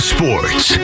Sports